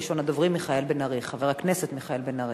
ראשון הדוברים, חבר הכנסת מיכאל בן-ארי.